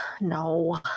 No